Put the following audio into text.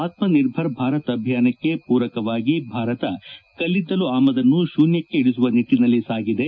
ಆತ್ಮನಿರ್ಭರ ಭಾರತ ಅಭಿಯಾನಕ್ಕೆ ಪೂರಕವಾಗಿ ಭಾರತ ಕಲ್ಲಿದ್ದಲು ಆಮದನ್ನು ಶೂನ್ಯಕ್ಕೆ ಇಳಿಸುವ ನಿಟ್ಟಿನಲ್ಲಿ ಸಾಗಿದೆ